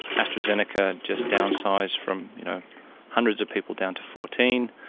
astrazeneca just downsized from you know hundreds of people down to fourteen.